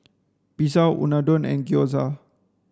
Pizza Unadon and Gyoza